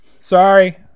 Sorry